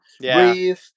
breathe